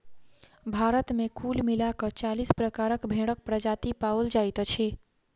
भारत मे कुल मिला क चालीस प्रकारक भेंड़क प्रजाति पाओल जाइत अछि